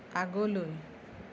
আগলৈ